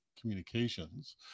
communications